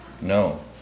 No